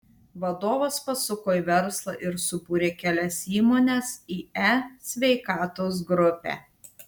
vadovas pasuko į verslą ir subūrė kelias įmones į e sveikatos grupę